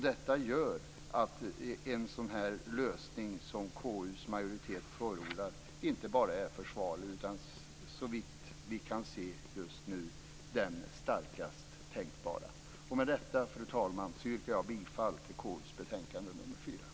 Detta gör att en sådan lösning som KU:s majoritet förordar inte bara är försvarlig utan så vitt vi kan se just nu den starkast tänkbara. Med detta, fru talman, yrkar jag bifall till hemställan i KU:s betänkande nr 4.